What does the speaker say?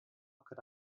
could